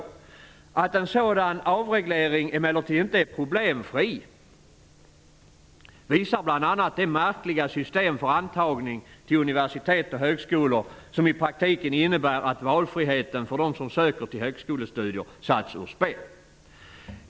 Att en sådan avreglering emellertid inte är problemfri visar bl.a. det märkliga system för antagning till universitet och högskolor som i praktiken innebär att valfriheten för dem som söker till högskolestudier satts ur spel.